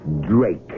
Drake